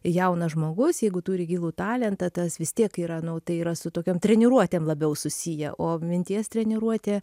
jaunas žmogus jeigu turi gilų talentą tas vis tiek yra nu tai yra su tokiom treniruotėm labiau susiję o minties treniruotė